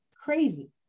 crazy